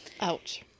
ouch